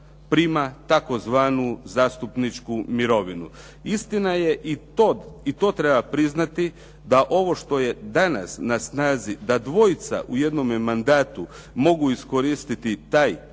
prima tzv. zastupničku mirovinu. Istina je i to treba priznati da ovo što je danas na snazi da dvojica u jednome mandatu mogu iskoristiti taj